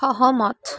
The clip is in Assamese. সহমত